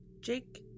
Jake